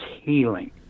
healing